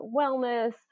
wellness